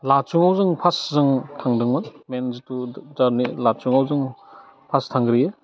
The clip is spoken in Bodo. लाटसुङाव जों फार्स्ट जों थांदोंमोन मेइन जिथु जारनि लाटसुङाव जों फार्स्ट थांग्रोयो